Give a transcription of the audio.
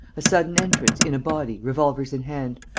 a sudden entrance, in a body, revolvers in hand.